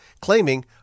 claiming